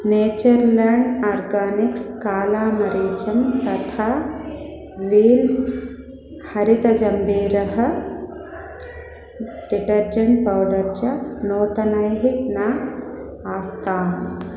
Natureland Organics कालामरीचं तथा Wheel हरितजम्बीरः डिटर्जण्ट् पौडर् च नूतनैः न आस्ताम्